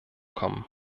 kommen